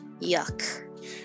Yuck